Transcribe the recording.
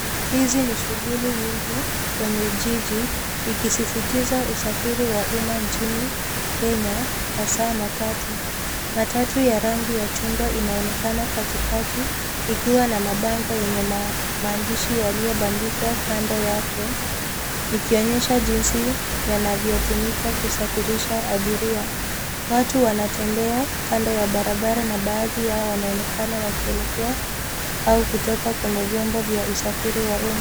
Hizi ni shughuli nyingi kwenye jiji ikisisistiza usafiri wa umma nchini Kenya hasa matatu. Matatu ya rangi ya chungwa inaonekana katikakati ikiwa na mabango yenye maandishi yaliyobandikwa kando yake ikionyesha jinsi yanavyotumika kusafirisha abiria. Watu wanatembea kando ya barabara na baadhi yao wanaonekana wakielekea au kutoka kwenye vyombo vya usafiri wa umma.